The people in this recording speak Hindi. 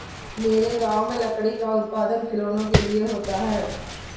मेरे गांव में लकड़ी का उत्पादन खिलौनों के लिए होता है